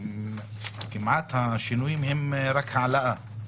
שהשינויים הם כמעט רק העלאה.